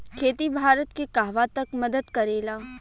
खेती भारत के कहवा तक मदत करे ला?